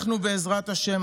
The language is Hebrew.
בעזרת השם,